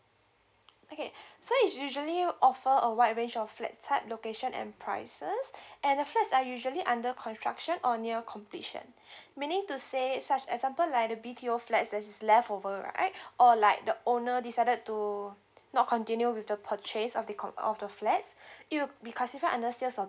okay so it usually offer a wide range of flat type location and prices at the flats are usually under construction on your completion meaning to say such example like the B_T_O flats that is leftover right or like the owner decided to not continue with the purchase of the corner of the flats it will be consider under sales of